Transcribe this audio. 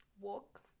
walk